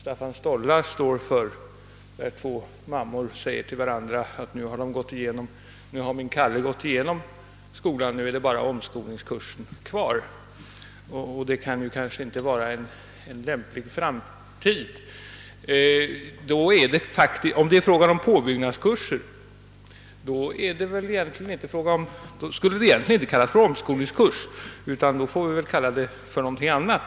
Två mammor samtalar och den ena av dem säger: »Nu har min Kalle gått igenom skolan. Nu är det bara omskolningskursen kvar.» Detta är väl inte någon lämplig framtid. Gäller det påbyggnadskurser skall man kanske inte kalla det omskolning — då får vi väl kalla det för någonting annat.